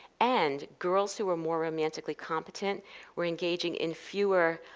and girls who were more romantically competent were engaging in fewer.